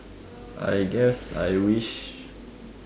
I guess I wish